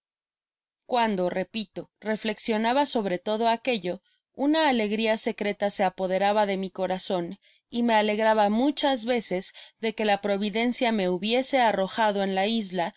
cuando repito reflexionaba sobre todo aquello una alegria secreta se apoderaba de mi corazon y me alegraba muchas veces de que la providencia me hubiese arrojado en la isla